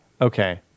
Okay